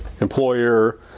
employer